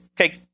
Okay